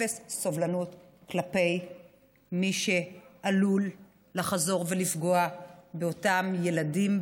אפס סובלנות כלפי מי שעלול לחזור ולפגוע באותם ילדים,